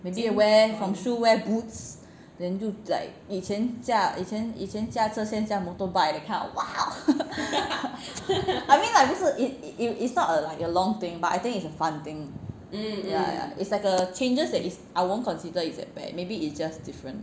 maybe wear from shoes wear boots then 就 like 以前驾以前以前驾车现在驾 motorbike that kind of !wow! I mean like 不是 it it is not like a long thing but I think it's a fun thing yeah yeah it's like err changes that is I won't consider is bad maybe it's just different